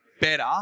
better